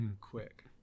quick